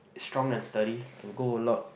strong and study can go a lot